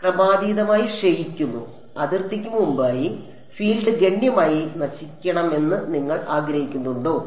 ക്രമാതീതമായി ക്ഷയിക്കുന്നു അതിർത്തിക്ക് മുമ്പായി ഫീൽഡ് ഗണ്യമായി നശിക്കണമെന്ന് നിങ്ങൾ ആഗ്രഹിക്കുന്നുണ്ടോ